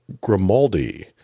Grimaldi